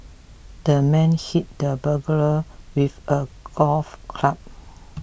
the man hit the burglar with a golf club